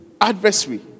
adversary